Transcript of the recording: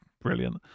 brilliant